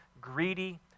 greedy